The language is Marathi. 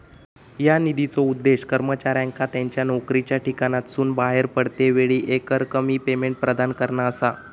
ह्या निधीचो उद्देश कर्मचाऱ्यांका त्यांच्या नोकरीच्या ठिकाणासून बाहेर पडतेवेळी एकरकमी पेमेंट प्रदान करणा असा